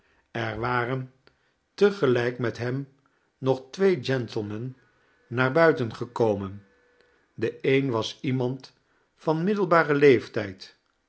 er waren te gelijk met hem nog twee gentlemen naar buiten gekomen de een was iemand van middelbaren leeftijd